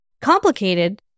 Complicated